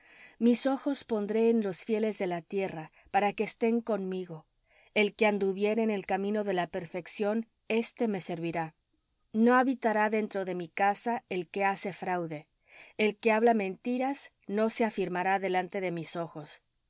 mis ojos pondré en los fieles de la tierra para que estén conmigo el que anduviere en el camino de la perfección éste me sevirá no habitará dentro de mi casa el que hace fraude el que habla mentiras no se afirmará delante de mis ojos